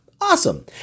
awesome